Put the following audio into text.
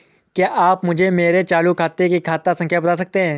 क्या आप मुझे मेरे चालू खाते की खाता संख्या बता सकते हैं?